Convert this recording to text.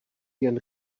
jen